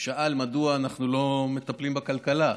שאל מדוע אנחנו לא מטפלים בכלכלה.